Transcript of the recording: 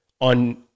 on